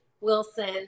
Wilson